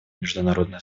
международное